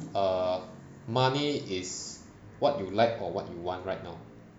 err money is what you like or what you want right now